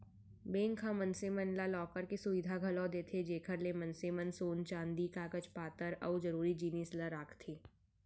bank ह मनसे मन ला लॉकर के सुबिधा घलौ देथे जेकर ले मनसे मन सोन चांदी कागज पातर अउ जरूरी जिनिस ल राखथें